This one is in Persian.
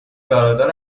برادر